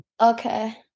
Okay